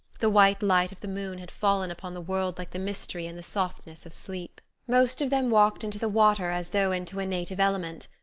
the white light of the moon had fallen upon the world like the mystery and the softness of sleep. most of them walked into the water as though into a native element.